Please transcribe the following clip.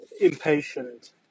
impatient